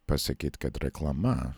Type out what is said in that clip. pasakyt kad reklama